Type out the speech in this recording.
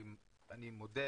אני מודה,